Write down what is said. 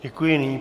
Děkuji.